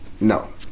No